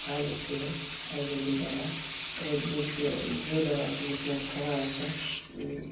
खा लेते हैं आयुर्वेदिक दवाई अगर जिसको जो दवाई जितना खुराक रहता है वो